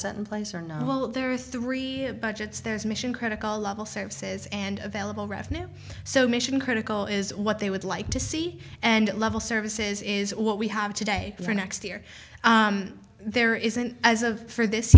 certain place or no well there are three budgets there's mission critical level services and available revenue so mission critical is what they would like to see and level services is what we have today for next year there isn't as of for this